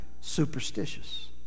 superstitious